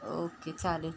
okay चालेल